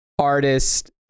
artist